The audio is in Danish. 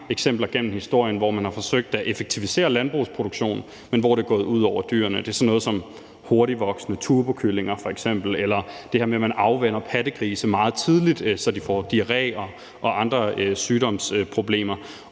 eksempler gennem historien, hvor man har forsøgt at effektivisere landbrugsproduktion, men hvor det er gået ud over dyrene. Det er sådan noget som hurtigtvoksende turbokyllinger f.eks., eller det her med, at man afvænner pattegrise meget tidligt, så de får diarré og andre sygdomsproblemer.